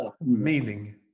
meaning